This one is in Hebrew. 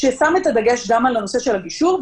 ששם את הדגש גם על הנושא של הגישור,